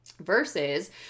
Versus